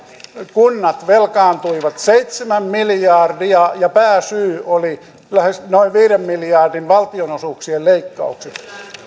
kunnat velkaantuivat seitsemän miljardia ja pääsyy oli noin viiden miljardin valtionosuuksien leikkaukset